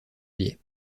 biais